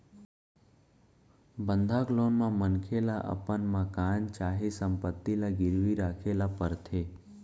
बंधक लोन म मनखे ल अपन मकान चाहे संपत्ति ल गिरवी राखे ल परथे